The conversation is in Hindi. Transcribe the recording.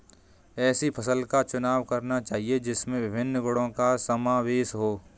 ऐसी फसल का चुनाव करना चाहिए जिसमें विभिन्न गुणों का समावेश हो